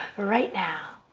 right now.